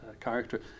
Character